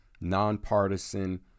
nonpartisan